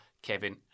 kevin